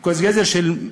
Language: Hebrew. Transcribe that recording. כוס גזר של,